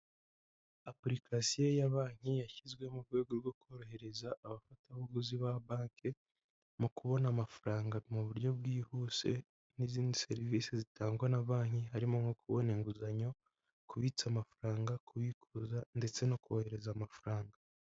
Apulikasiyo ya banki yashyizweho mu rwego rwo korohereza abafatabuguzi ba banki mu kubona amafaranga mu buryo bwihuse n'izindi serivisi zitangwa na banki harimo nko kubona inguzanyo, kubitsa amafaranga, kubikuza ndetse no kohereza amafaranga.